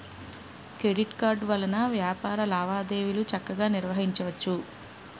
credit card వలన వ్యాపార లావాదేవీలు చక్కగా నిర్వహించవచ్చు